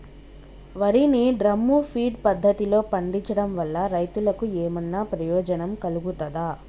వరి ని drum feed పద్ధతిలో పండించడం వల్ల రైతులకు ఏమన్నా ప్రయోజనం కలుగుతదా?